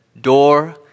door